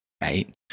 right